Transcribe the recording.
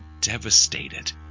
devastated